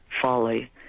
folly